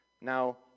Now